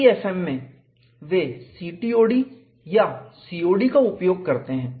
EPFM में वे CTOD या COD का उपयोग करते हैं